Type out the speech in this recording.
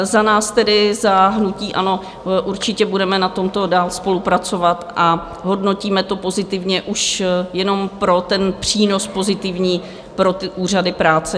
Za nás tedy, za hnutí ANO, určitě budeme na tomto dál spolupracovat a hodnotíme to pozitivně, už jenom pro ten přínos pozitivní pro úřady práce.